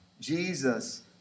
Jesus